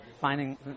finding